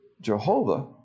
Jehovah